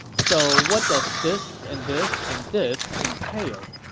so what does this and this and this entail?